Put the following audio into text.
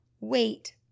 Wait